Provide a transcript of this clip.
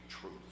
truth